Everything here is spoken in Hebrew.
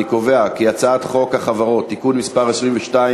אני קובע כי הצעת חוק החברות (תיקון מס 22),